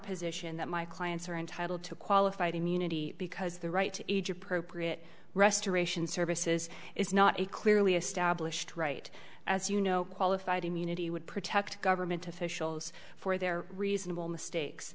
position that my clients are entitled to qualified immunity because the right to age appropriate restoration services is not a clearly established right as you know qualified immunity would protect government officials for their reasonable mistakes